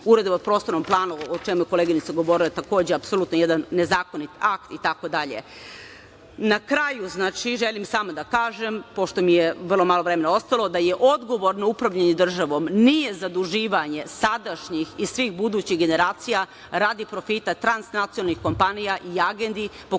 o prostornom planu, o čemu je koleginica govorila, je takođe apsolutno jedan nezakonit akt itd. Na kraju, želim samo da kažem, pošto mi je vrlo malo vremena ostalo, da odgovorno upravljanje državom nije zaduživanje sadašnjih i svih budućih generacija radi profita transnacionalnih kompanija i agendi po